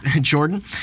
Jordan